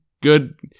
good